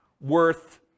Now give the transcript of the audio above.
worth